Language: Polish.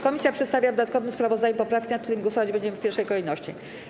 Komisja przedstawia w dodatkowym sprawozdaniu poprawki, nad którymi głosować będziemy w pierwszej kolejności.